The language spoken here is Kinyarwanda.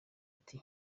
ati